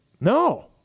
No